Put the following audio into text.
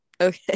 okay